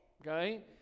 okay